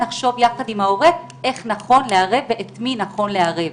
נחשוב ביחד עם ההורה איך נכון לערב ואת מי נכון לערב.